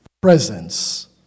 Presence